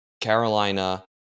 Carolina